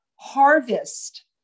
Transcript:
harvest